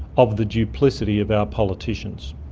of the duplicity of our politicians.